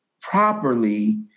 properly